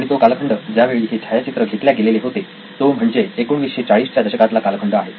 आणि तो कालखंड ज्यावेळी हे छायाचित्र घेतल्या गेलेले होते तो म्हणजे 1940 च्या दशकातला कालखंड आहे